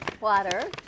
water